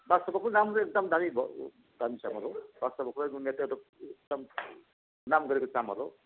बादसाहको पनि राम्रो एकदम दामी भयो दामी चामल हो बादसाह कुनै गुणवत्ता एउटा नाम गरेको चामल हो